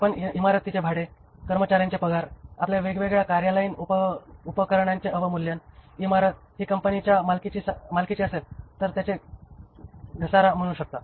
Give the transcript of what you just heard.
आपण इमारतीचे भाडे कर्मचार्यांचे पगार आपल्या वेगवेगळ्या कार्यालयीन उपकरणांचे अवमूल्यन इमारत ही कंपनीच्या मालकीची असेल तर त्याचे घसारा म्हणू शकता